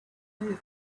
moved